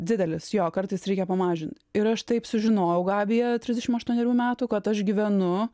didelis jo kartais reikia pamažint ir aš taip sužinojau gabija trisdešimt aštuonerių metų kad aš gyvenu